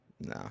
No